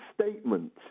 statement